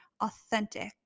authentic